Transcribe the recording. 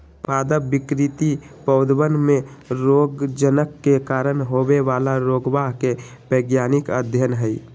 पादप विकृति पौधवन में रोगजनक के कारण होवे वाला रोगवा के वैज्ञानिक अध्ययन हई